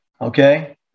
Okay